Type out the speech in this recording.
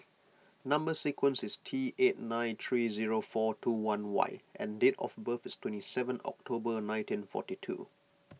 Number Sequence is T eight nine three zero four two one Y and date of birth is twenty seven October nineteen and forty two